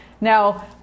now